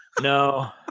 no